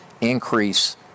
increase